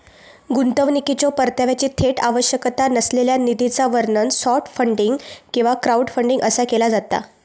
गुंतवणुकीच्यो परताव्याची थेट आवश्यकता नसलेल्या निधीचा वर्णन सॉफ्ट फंडिंग किंवा क्राऊडफंडिंग असा केला जाता